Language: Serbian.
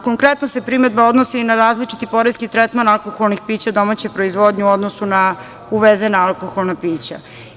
Konkretno se primedba odnosi na različiti poreski tretman alkoholnih pića domaće proizvodnje u odnosu na uvezena alkoholna pića.